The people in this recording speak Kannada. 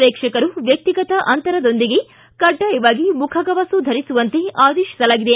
ಶ್ರೇಕ್ಷಕರು ವ್ಯಕ್ತಿಗತ ಅಂತರದೊಂದಿಗೆ ಕಡ್ಡಾಯವಾಗಿ ಮುಖಗವಸು ಧರಿಸುವಂತೆ ಆದೇಶಿಸಲಾಗಿದೆ